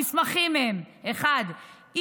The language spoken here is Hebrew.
המסמכים הם אי-רישום